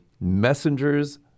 Messengers